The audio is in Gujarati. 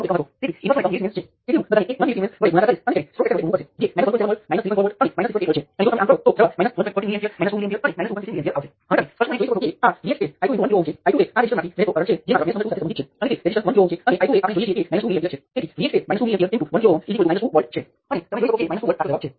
હવે ત્યાં ઘણી સર્કિટ છે જે તે બધા દ્વારા સમાન રીતે સારી રીતે રજૂ કરી શકાય છે હું તમને ઉદાહરણો સાથે બતાવીશ કે કેટલાક કિસ્સાઓમાં કેટલાક પેરામિટર અનિશ્ચિત હશે